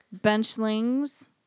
benchlings